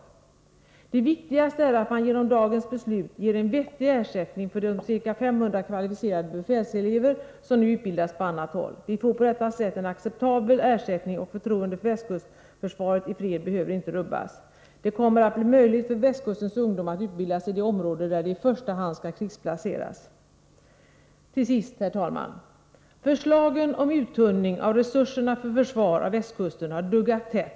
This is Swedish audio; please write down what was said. Det viktigaste är att man genom dagens beslut ger en vettig ersättning för de ca 500 kvalificerade befälselever som nu utbildas på annat håll. Vi får på detta sätt en acceptabel ersättning, och förtroendet för västkustförsvaret i fred behöver inte rubbas. Det kommer att bli möjligt för västkustens ungdomar att utbildas i det område där de i första hand skall krigsplaceras. Till sist, herr talman: Förslagen om uttunning av resurserna för försvar av västkusten har duggat tätt.